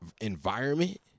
Environment